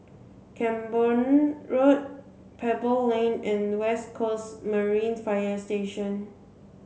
Camborne Road Pebble Lane and West Coast Marine Fire Station